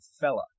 fella